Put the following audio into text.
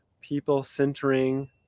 people-centering